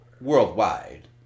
Worldwide